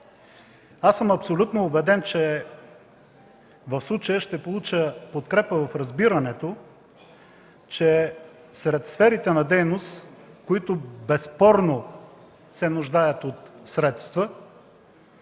Аз съм абсолютно убеден, че в случая ще получа подкрепа в разбирането, че сред сферите на дейност, които безспорно се нуждаят от средства